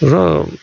र